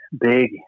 big